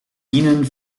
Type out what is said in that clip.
ihnen